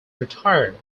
retired